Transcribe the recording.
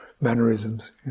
mannerisms